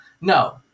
No